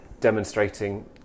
demonstrating